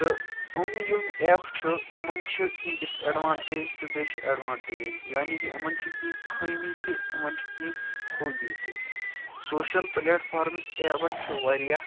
تہٕ یِم یِم ایپہٕ چھِ یِمَن چھِ کیٚنٛہہ ڈِس اٮ۪ڈوانٹیج تہٕ بیٚیہِ چھِ اٮ۪ڈوانٹیج یعنی کہِ یِمَن چھِ کیٚنٛہہ خٲمی تہِ یِمَن چھِ کیٚنٛہہ خوٗبی تہِ سوشَل پٕلیٹفارمٕکۍ ایپَن چھِ واریاہ